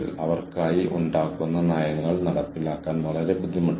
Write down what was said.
അവർക്ക് അവരുടേതായ വ്യക്തിഗത കഴിവുകളുണ്ട്